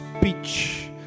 speech